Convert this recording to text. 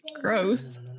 Gross